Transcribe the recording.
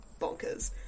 bonkers